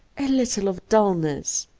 a little of dulness.